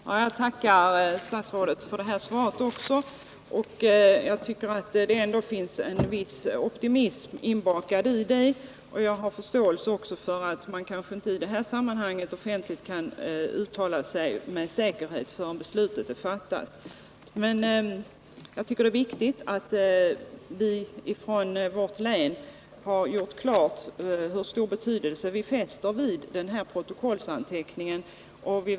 Herr talman! Jag tackar statsrådet också för detta svar. Det finns ändå en viss optimism inbakad i det. Jag har förståelse för att man i sammanhanget kanske inte offentligt kan uttala sig med säkerhet förrän beslutet är fattat. Men det är viktigt att vi från vårt län har klargjort hur stor betydelse vi fäster vid denna protokollsanteckning.